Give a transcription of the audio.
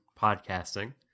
podcasting